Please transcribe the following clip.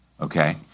okay